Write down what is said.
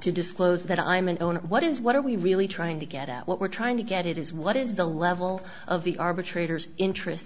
to disclose that i'm an owner what is what are we really trying to get out what we're trying to get it is what is the level of the arbitrators interest